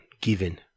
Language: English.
given